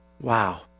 Wow